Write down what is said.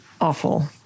Awful